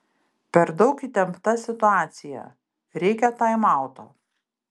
per daug įtempta situacija reikia taimauto